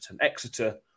Exeter